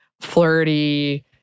flirty